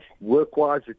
work-wise